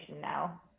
now